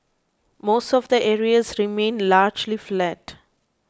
most of the areas remained largely flat